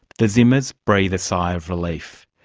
the zimmers breath a sigh of relief.